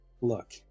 Look